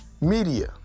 media